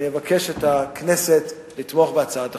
אני אבקש מהכנסת לתמוך בהצעת החוק.